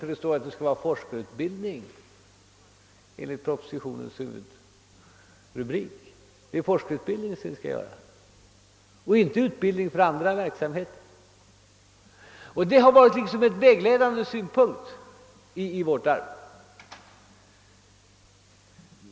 Det är nämligen fråga om forskarutbildning enligt propositionens huvudrubrik och inte om utbildning för andra verksamheter. Detta har varit en vägledande synpunkt i vårt arbete.